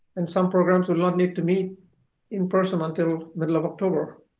and some programs will not need to meet in person until middle of october